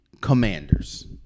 Commanders